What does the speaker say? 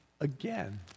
again